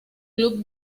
club